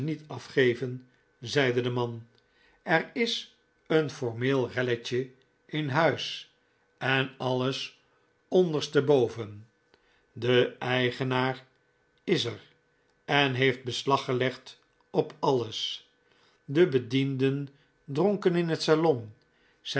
afgeven zeide de man er is een formeel relletje in huis en alles onderste boven de eigenaar is er en heeft beslag gelegd op alles de bedienden dronken in het salon